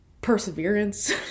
perseverance